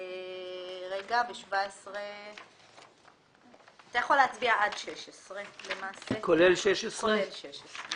אתה למעשה יכול להצביע מסעיף 14 עד סעיף 16. כולל 16. כן.